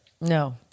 no